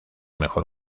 mejor